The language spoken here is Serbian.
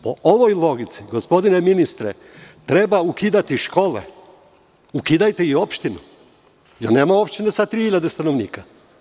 Po ovoj logici, gospodine ministre, treba ukidati škole, ukidajte i opštinu, jer nema opštine sa tri hiljade stanovnika.